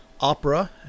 opera